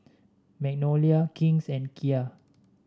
Magnolia King's and Kia